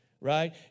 right